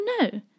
no